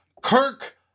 Kirk